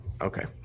Okay